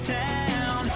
town